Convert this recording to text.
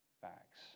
facts